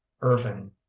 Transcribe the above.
Irving